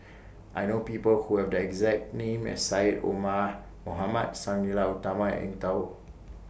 I know People Who Have The exact name as Syed Omar Mohamed Sang Nila Utama and Eng Tow